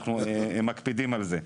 אנחנו מקפידים על זה.